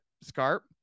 Scarp